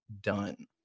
done